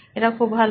এটা খুব ভালো